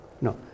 no